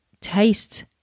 taste